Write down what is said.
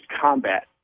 combat